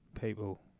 people